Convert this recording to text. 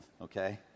okay